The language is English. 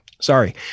Sorry